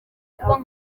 kuba